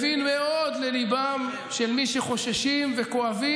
ואני מבין מאוד לליבם של מי שחוששים וכואבים.